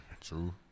True